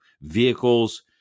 vehicles